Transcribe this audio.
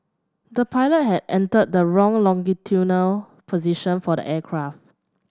the pilot had entered the wrong longitudinal position for the aircraft